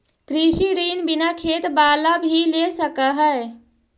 कृषि ऋण बिना खेत बाला भी ले सक है?